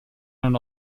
non